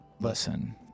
Listen